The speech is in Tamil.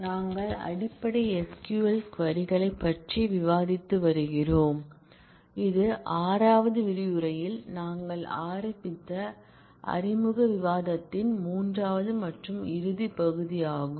நாங்கள் அடிப்படை SQL க்வரி களைப் பற்றி விவாதித்து வருகிறோம் இது 6 வது விரிவுரையில் நாங்கள் ஆரம்பித்த அறிமுக விவாதத்தின் மூன்றாவது மற்றும் இறுதி பகுதியாகும்